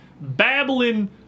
babbling